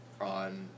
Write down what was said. on